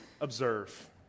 observe